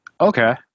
Okay